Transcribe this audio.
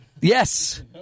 Yes